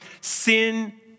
Sin